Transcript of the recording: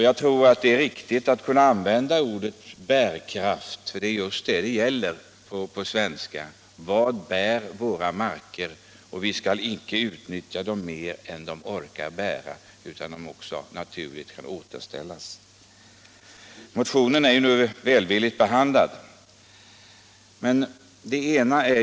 Jag tror det är riktigt att använda ordet bärkraft, för det är just vad det gäller: Vad bär våra marker? Vi skall inte utnyttja dem mer än de orkar bära för att kunna återställas. Motionen är välvilligt behandlad av utskottet.